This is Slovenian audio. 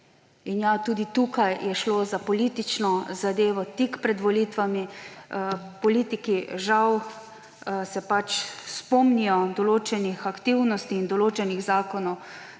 In ja, tudi tukaj je šlo za politično zadevo tik pred volitvami. Politiki se spomnijo določenih aktivnosti in določenih zakonov